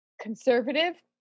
conservative